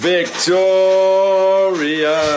Victoria